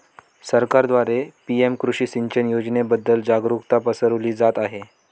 सरकारद्वारे पी.एम कृषी सिंचन योजनेबद्दल जागरुकता पसरवली जात आहे